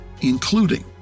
including